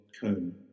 cone